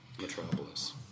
Metropolis